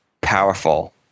powerful